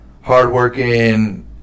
hardworking